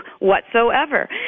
whatsoever